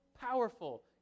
powerful